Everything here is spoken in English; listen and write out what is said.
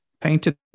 painted